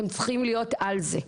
אתם צריכים להיות על זה,